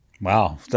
Wow